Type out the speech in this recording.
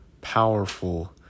powerful